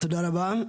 תודה רבה.